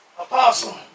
Apostle